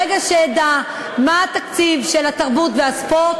ברגע שאדע מה התקציב של התרבות והספורט